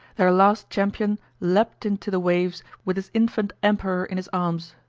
their last champion leaped into the waves with his infant emperor in his arms.